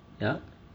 ya